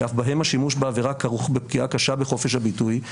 שאף בהם השימוש בעבירה כרוך בפגיעה קשה בחופש הביטוי,